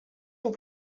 vous